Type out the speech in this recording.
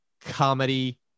comedy